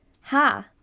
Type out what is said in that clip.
Ha